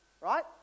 right